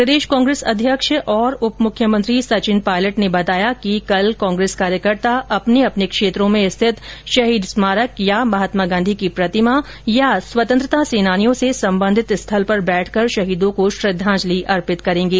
प्रदेश कांग्रेस अध्यक्ष और उप मुख्यमंत्री सचिन पायलट ने बताया कि कल कांग्रेस कार्यकर्ता अपने अपने क्षेत्रों में स्थित शहीद स्मारक या महात्मा गांधी की प्रतिमा या स्वतंत्रता सेनानियों से संबंधित स्थल पर बैठकर शहीदों को श्रद्वांजलि अर्पित करेंगे